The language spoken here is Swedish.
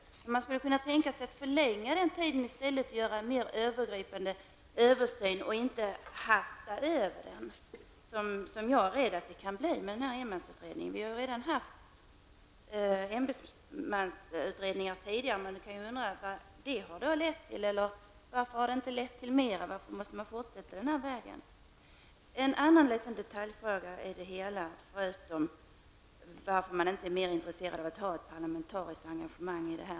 Men den tiden skulle i stället kunna förlängas och en mer övergripande översyn skulle kunna göras och alltså inte bli ett hastverk som jag är rädd att det kan bli med denna enmansutredning. Det har redan funnits enmansutredningar tidigare, och man kan undra varför de inte lett till mera resultat. Jag har en annan fråga förutom den som gäller varför man inte är intresserad av ett parlamentariskt engagemang.